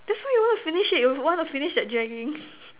that's why you want to finish it you want to finish that dragging